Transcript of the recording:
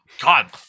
God